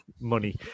money